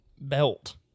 belt